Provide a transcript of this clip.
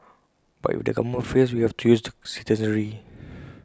but if the government fails we have to use the citizenry